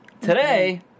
today